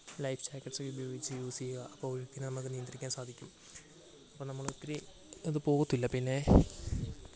life jackets ഉപയോഗിച്ചു use ചെയ്യുക അപ്പോൾ ഒഴുക്കിനെ നമുക്ക് നിയന്ത്രിക്കാൻ സാധിക്കും അപ്പം നമ്മൾ ഒത്തിരി അത് പോകത്തില്ല പിന്നെ